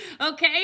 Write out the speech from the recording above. okay